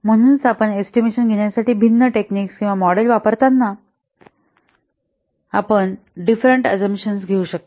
म्हणून आपण एस्टिमेशन घेण्यासाठी भिन्न टेक्निक्स किंवा मॉडेल वापरताना आपण डिफरंट आझमशन्स घेऊ शकता